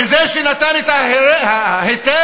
בזה שנתן את ההיתר